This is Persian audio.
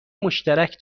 مشترک